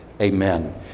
Amen